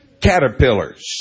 caterpillars